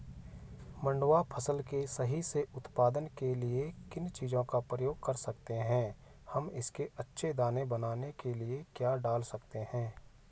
मंडुवा फसल के सही से उत्पादन के लिए किन चीज़ों का प्रयोग कर सकते हैं हम इसके अच्छे दाने बनाने के लिए क्या डाल सकते हैं?